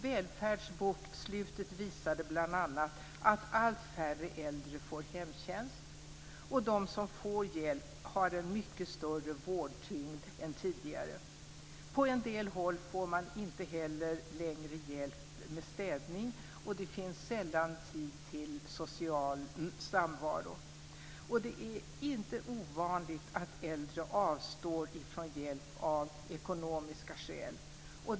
Välfärdsbokslutet visade bl.a. att allt färre äldre får hemtjänst. De som får hjälp har en mycket större vårdtyngd än tidigare. På en del håll får man inte heller längre hjälp med städning, och det finns sällan tid till social samvaro. Det är inte ovanligt att äldre avstår från hjälp av ekonomiska skäl.